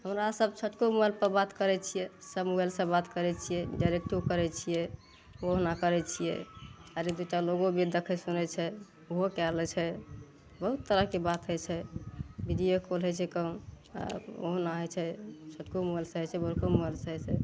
हमरा सब छोटको मोबाइलपर बात करै छियै सब मोबाइलसँ बात करै छियै डाइरेक्टो करै छियै ओहुना करै छियै आरो दू टा लोगो भी देखै सुनै छै ओहो कऽ लै छै बहुत तरहके बात होइ छै बिडियो काल होइ छै कहुना होइ छै छोटको मोबाइल से होइ छै बड़को मोबाइल से होइ छै